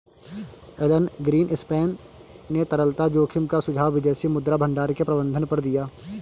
Elon Greenspan ने तरलता जोखिम का सुझाव विदेशी मुद्रा भंडार के प्रबंधन पर दिया